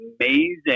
amazing